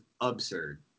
absurd